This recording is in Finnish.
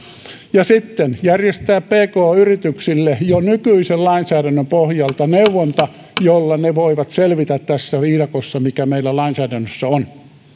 ja sitten järjestää pk yrityksille jo nykyisen lainsäädännön pohjalta neuvonta jolla ne voivat selvitä tässä viidakossa mikä meillä lainsäädännössä on